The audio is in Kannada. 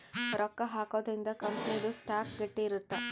ರೊಕ್ಕ ಹಾಕೊದ್ರೀಂದ ಕಂಪನಿ ದು ಸ್ಟಾಕ್ ಗಟ್ಟಿ ಇರುತ್ತ